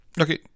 okay